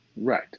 Right